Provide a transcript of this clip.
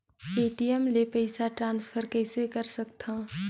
ATM ले पईसा transfer कइसे कर सकथव?